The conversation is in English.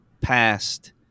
past